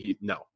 No